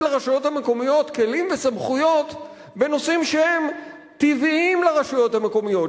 לרשויות המקומיות כלים וסמכויות בנושאים שהם טבעיים לרשויות המקומיות,